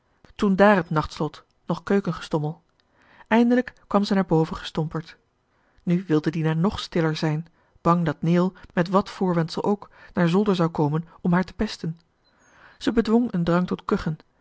toen dààr het nachtslot nog keuken gestommel eindelijk kwam ze naar boven gestomperd nu wilde dina nog stiller zijn bang dat neel met wat voorwendsel ook naar zolder zou komen om haar te pesten zij bedwong een drang tot kuchen